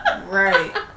Right